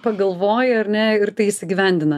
pagalvoji ar ne ir tai įsigyvendina